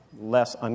less